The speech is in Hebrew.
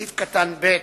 סעיף קטן (ב),